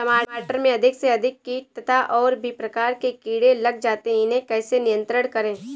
टमाटर में अधिक से अधिक कीट तथा और भी प्रकार के कीड़े लग जाते हैं इन्हें कैसे नियंत्रण करें?